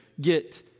get